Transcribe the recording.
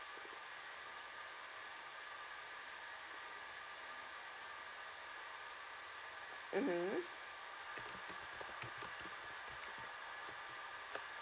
mmhmm